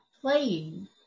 playing